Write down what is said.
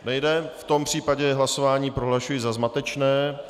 V tom případě hlasování prohlašuji za zmatečné.